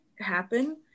happen